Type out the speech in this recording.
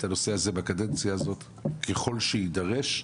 הנושא הזה בקדנציה הזאת ככל שיידרש,